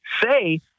say